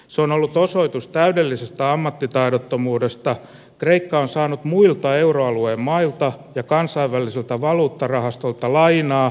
se on ollut osoitus täydellisestä ammattitaidottomuudesta kreikka on saanut muilta euroalueen mailta ja kansainväliseltä valuuttarahastolta lainaa